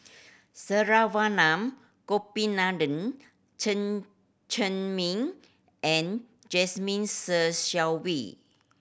Saravanan Gopinathan Chen Cheng Mei and Jasmine Ser Xiang Wei